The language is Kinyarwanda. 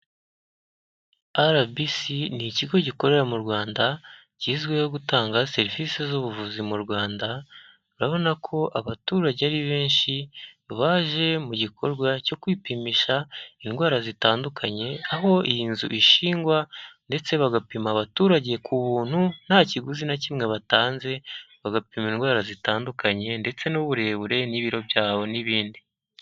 RBC ni ikigo gikorera mu Rwanda kizwiho gutanga serivise z'ubuvuzi mu Rwanda, urabona ko abaturage ari benshi baje mu gikorwa cyo kwipimisha indwara zitandukanye, aho iyi nzu ishingwa ndetse bagapima abaturage ku buntu, nta kiguzi na kimwe batanze, bagapimwa indwara zitandukanye ndetse n'uburebure n'ibiro byabo n'ibindi.